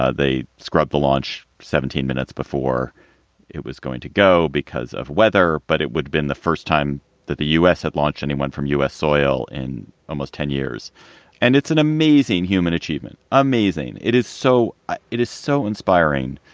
ah they scrubbed the launch seventeen minutes before it was going to go because of weather. but it would been the first time that the u s. had launch anyone from u s. soil in almost ten years and it's an amazing human achievement. amazing. it is so ah it is so inspiring.